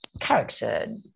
Character